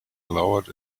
lowered